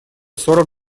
сорок